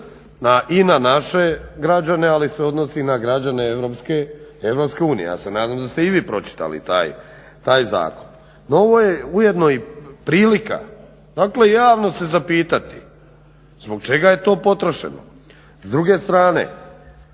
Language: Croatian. i na naše građane ali se odnosi i na građane EU. Ja se nadam da ste i vi pročitali taj zakon. No ovo je ujedno i prilika, dakle javno se zapitati zbog čega je to potrošeno? S druge strane,